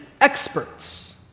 experts